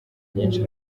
nyinshi